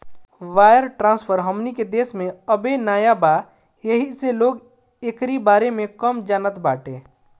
wire transfer हमनी के देश में अबे नया बा येही से लोग एकरी बारे में कम जानत बाटे